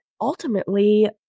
ultimately